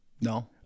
No